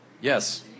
Yes